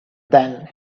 then